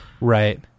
right